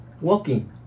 walking